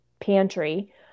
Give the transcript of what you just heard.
pantry